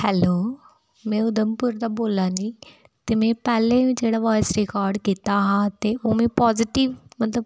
hello में उधमपुर दा बोला नी ते में पैह्लें बी जेह्ड़ा वॉयस रिकार्ड कीता हा ते ओह् में पॉजीटिव मतलब